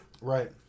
Right